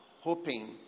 hoping